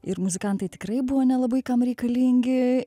ir muzikantai tikrai buvo nelabai kam reikalingi